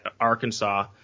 Arkansas